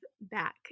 back